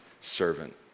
servant